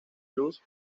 luz